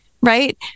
right